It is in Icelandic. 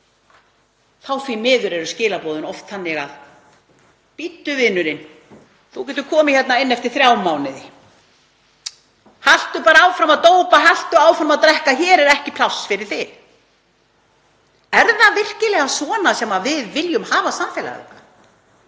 en því miður eru skilaboðin þá oft þannig: Bíddu, vinurinn, þú getur komið hérna inn eftir þrjá mánuði, haltu bara áfram að dópa, haltu áfram að drekka, hér er ekki pláss fyrir þig. Er það virkilega svona sem við viljum hafa samfélagið?